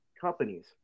companies